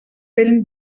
vell